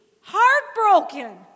heartbroken